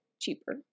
cheaper